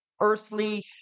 earthly